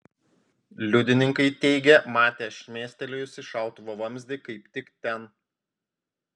liudininkai teigė matę šmėstelėjusį šautuvo vamzdį kaip tik ten